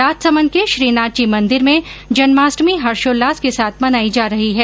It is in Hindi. राजसमंद के श्रीनाथ जी मंदिर में जन्माष्टमी हर्षोल्लास के साथ मनाई जा रही है